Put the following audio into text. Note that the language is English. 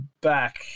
back